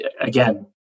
again